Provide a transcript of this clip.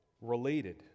Related